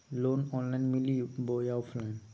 Loan online मिली बोया offline?